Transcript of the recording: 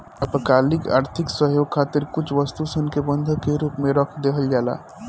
अल्पकालिक आर्थिक सहयोग खातिर कुछ वस्तु सन के बंधक के रूप में रख देवल जाला